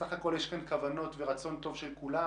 בסך הכול יש כאן כוונות ורצון טוב של כולם.